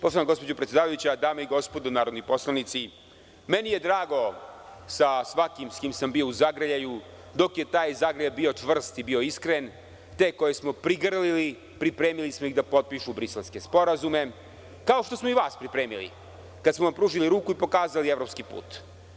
Poštovana gospođo predsedavajuća, dame i gospodo narodni poslanici, meni je drago sa svakim s kim sam bio u zagrljaju dok je taj zagrljaj bio čvrst i iskren, te koje smo prigrlili pripremili smo da potpišu Briselski sporazum, kao što smo i vas pripremili kada smo vam pružili ruku i pokazali evropski put.